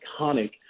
iconic